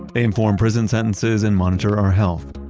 they inform prison sentences and monitor our health.